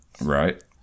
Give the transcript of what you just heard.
Right